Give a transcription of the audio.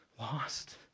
Lost